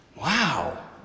Wow